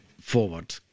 forward